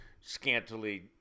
scantily